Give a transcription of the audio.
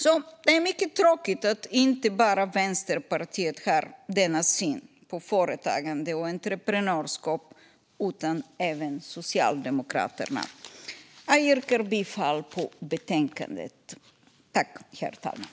Det är mycket tråkigt att det inte bara är Vänsterpartiet som har denna syn på företagande och entreprenörskap, utan även Socialdemokraterna. Jag yrkar bifall till utskottets förslag i betänkandet.